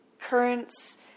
currents